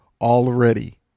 already